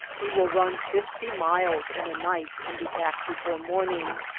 he will run fifty miles in a night and be back before morning.